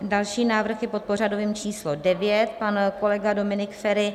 Další návrh je pod pořadovým číslem 9, pan kolega Dominik Feri.